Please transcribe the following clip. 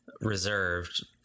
reserved